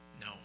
No